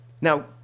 now